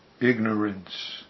ignorance